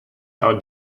out